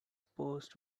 post